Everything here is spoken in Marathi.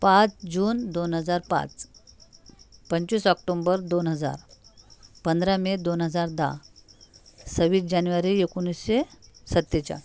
पाच जून दोन हजार पाच पंचवीस ऑक्टोंबर दोन हजार पंधरा मे दोन हजार दहा सव्वीस जानेवारी एकोणीसशे सत्तेचाळीस